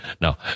No